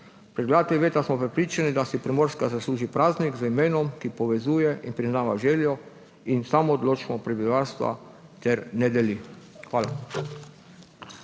Predlagatelji veta smo prepričani, da si Primorska zasluži praznik z imenom, ki povezuje in priznava željo in samoodločbo prebivalstva ter ne deli. Hvala.